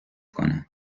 کنن